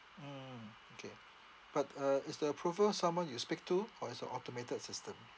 mm okay but uh is the approval someone you speak to or it's a automated system